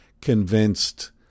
convinced